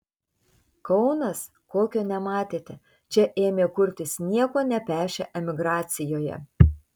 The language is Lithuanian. kaunas kokio nematėte čia ėmė kurtis nieko nepešę emigracijoje